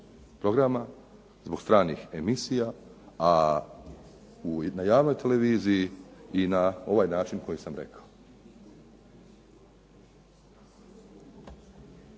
programa, zbog stranih emisija, a na javnoj televiziji i na ovaj način koji sam rekao.